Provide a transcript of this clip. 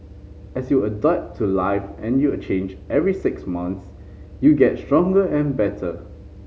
as you adapt to life and you change every six months you get stronger and better